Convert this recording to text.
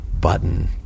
button